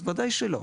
בוודאי שלא.